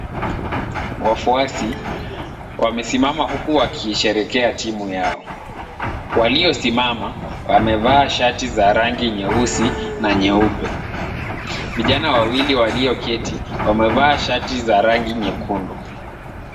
Wafuasi wamesimama huku wakisherekea timu yao. Waliosimama wamevaa shati za rang nyeusi na nyeupe. Vijana wawili walioketi wamevaa shati za rangi nyekundu.